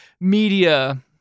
media